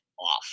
off